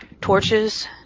torches